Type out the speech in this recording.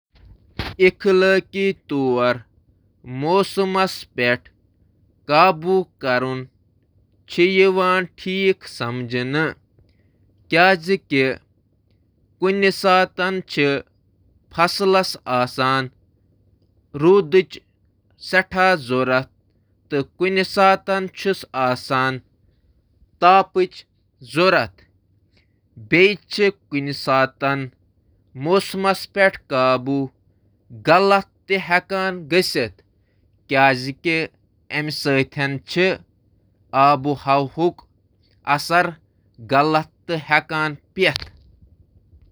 موسمس کنٹرول کرنہٕ خٲطرٕ ٹیکنالوجی ہنٛد استعمال کرُن، یتھ موسمی ترمیم تہٕ ونان چِھ، ہیکن اخلٲقی خدشات پٲدٕ کٔرتھ: ماحولیاتی اثرات، اخلاقی خطرٕ، ذمہ داری تہٕ باقی۔